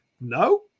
no